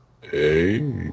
Hey